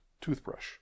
toothbrush